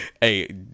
Hey